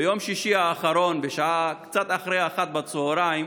ביום שישי האחרון, קצת אחרי 13:00,